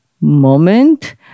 moment